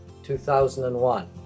2001